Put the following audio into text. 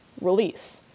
release